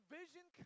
vision